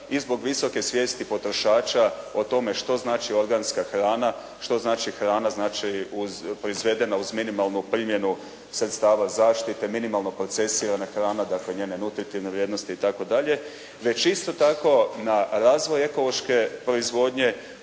i zbog visoke svijesti potrošača o tome što znači organska hrana, što znači hrana znači proizvedena uz minimalnu primjenu sredstava zaštite, minimalno procesirana hrana. Dakle, njene nutritivne vrijednosti itd., već isto tako na razvoj ekološke proizvodnje